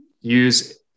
Use